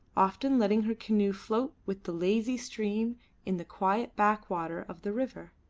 often letting her canoe float with the lazy stream in the quiet backwater of the river.